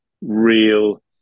real